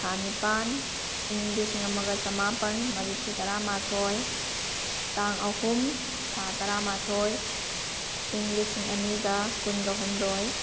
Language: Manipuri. ꯊꯥ ꯅꯤꯄꯥꯟ ꯏꯪ ꯂꯤꯁꯤꯡ ꯑꯃꯒ ꯆꯃꯥꯄꯟ ꯃꯔꯤꯐꯨ ꯇꯔꯥꯃꯥꯊꯣꯏ ꯇꯥꯡ ꯑꯍꯨꯝ ꯊꯥ ꯇꯔꯥꯃꯥꯊꯣꯏ ꯏꯪ ꯂꯤꯁꯤꯡ ꯑꯅꯤꯒ ꯀꯨꯡꯒ ꯍꯨꯝꯗꯣꯏ